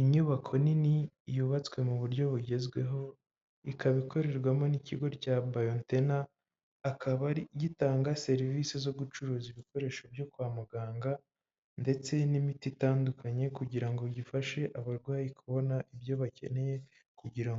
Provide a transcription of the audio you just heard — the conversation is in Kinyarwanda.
Inyubako nini yubatswe mu buryo bugezweho ikaba ikorerwamo n'ikigo cya bayotena ikaba gitanga serivisi zo gucuruza ibikoresho byo kwa muganga ndetse n'imiti itandukanye kugira ngo gifashe abarwayi kubona ibyo bakeneye kugira